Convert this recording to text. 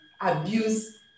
abuse